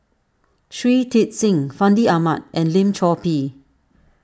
Shui Tit Sing Fandi Ahmad and Lim Chor Pee